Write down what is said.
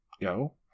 Go